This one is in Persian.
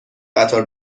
قطار